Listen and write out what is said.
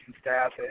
staff